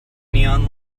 neon